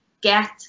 get